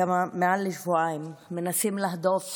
מעל שבועיים, מנסים להדוף